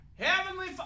heavenly